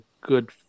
good